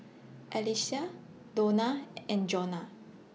Alycia Dona and Jonah